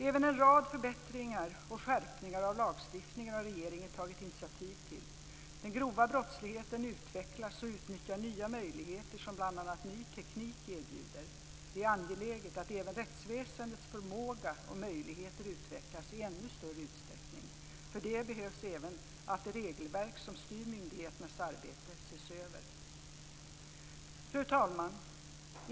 Även en rad förbättringar och skärpningar av lagstiftningen har regeringen tagit initiativ till. Den grova brottsligheten utvecklas och utnyttjar nya möjligheter som bl.a. ny teknik erbjuder. Det är angeläget att även rättsväsendets förmåga och möjligheter utvecklas i ännu större utsträckning. För det behövs även att det regelverk som styr myndigheternas arbete ses över. Fru talman!